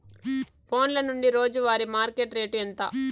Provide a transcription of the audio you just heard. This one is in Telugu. ఫోన్ల నుండి రోజు వారి మార్కెట్ రేటు ఎంత?